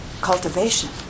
cultivation